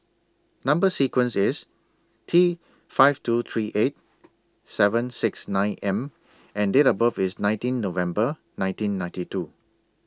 Number sequence IS T five two three eight seven six nine M and Date of birth IS nineteen November nineteen ninety two